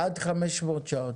עד 500 שעות.